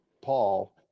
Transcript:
Paul